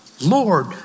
Lord